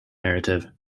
narrative